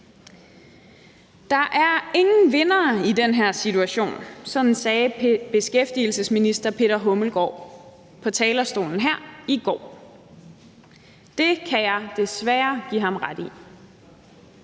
Der er ingen vindere i den her situation. Sådan sagde beskæftigelsesministeren på talerstolen her i går. Det kan jeg desværre give ham ret i.